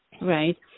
right